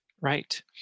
right